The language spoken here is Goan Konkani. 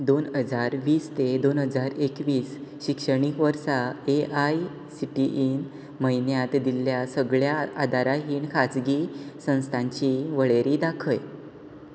दोन हजार वीस ते दोन हजार एकवीस शिक्षणीक वर्सा A I C T E न मान्यताय दिल्ल्या सगळ्या आदाराहीन खाजगी संस्थांची वळेरी दाखय